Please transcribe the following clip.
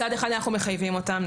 מצד אחד, אנחנו מחייבים אותם.